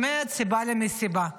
באמת סיבה למסיבה.